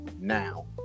now